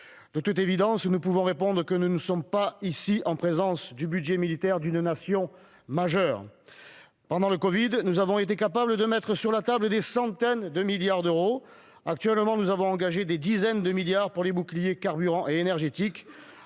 De toute évidence, nous pouvons répondre que nous ne sommes pas ici en présence du budget militaire d'une Nation majeure. Pendant la crise du covid-19, nous avons été capables de mettre sur la table des centaines de milliards d'euros. Actuellement, nous engageons des dizaines de milliards d'euros pour les boucliers carburant et énergétique.